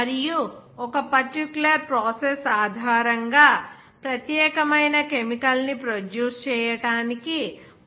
మరియు ఒక particular process ఆధారంగా ప్రత్యేకమైన కెమికల్ ని ప్రొడ్యూస్ చేయడానికి ప్లాంట్ సేకరణ అవసరం